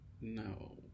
no